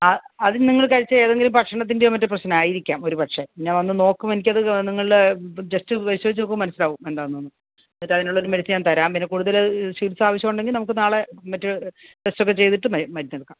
അ അത് നിങ്ങൾ കഴിച്ച ഏതെങ്കിലും ഭക്ഷണത്തിൻ്റെയോ മറ്റോ പ്രശ്നമായിരിക്കാം ഒരു പക്ഷെ പിന്നെ വന്നു നോക്കുമ്പോൾ എനിക്കത് നിങ്ങളുടെ ജസ്റ്റ് ഒന്ന് പരിശോധിച്ചു നോക്കുമ്പോൾ മനസ്സിലാകും എന്താണെന്നു എന്നിട്ടതിനുള്ള ഒരു മെഡിസിൻ ഞാൻ തരാം പിന്നെ കൂടുതൽ ചികിത്സ ആവശ്യമുണ്ടെങ്കിൽ നമുക്ക് നാളെ മറ്റ് ടെസ്റ്റ് ഒക്കെ ചെയ്തിട്ട് മരുന്നെടുക്കാം